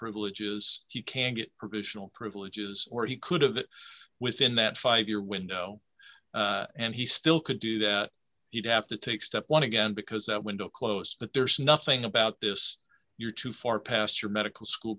privileges he can get provisional privileges or he could have it within that five year window and he still could do that he'd have to take step one again because that window closed but there's nothing about this you're too far past your medical school